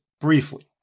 briefly